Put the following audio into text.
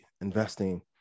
investing